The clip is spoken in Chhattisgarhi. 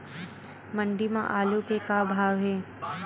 मंडी म आलू के का भाव हे?